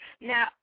now